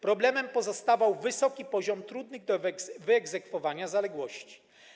Problemem pozostawał wysoki poziom trudnych do wyegzekwowania zaległości.